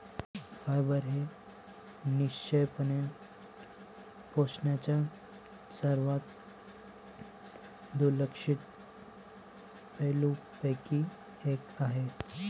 fibre हे निःसंशयपणे पोषणाच्या सर्वात दुर्लक्षित पैलूंपैकी एक आहे